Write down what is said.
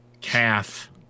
calf